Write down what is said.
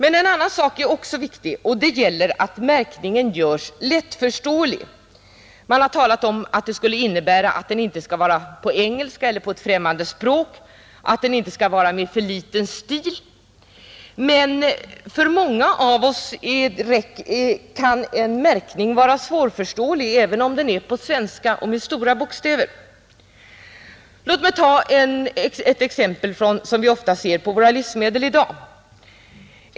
En annan viktig sak är att märkningen görs lättförståelig. Det har sagts att det innebär att texten inte skall avfattas på engelska eller något annat främmande språk och att den inte sätts med för liten stil. Men för många av oss kan en märkning vara svårförståelig även om den är skriven på svenska och med stora bokstäver. Låt mig ta ett exempel som vi ofta ser i dag.